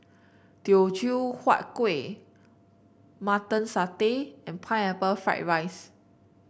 Teochew Huat Kuih Mutton Satay and Pineapple Fried Rice